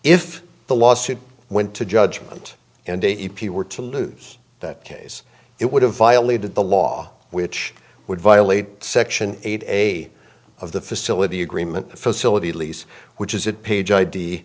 if the lawsuit went to judgment and if you were to lose that case it would have violated the law which would violate section eight of the facility agreement the facility lease which is it page i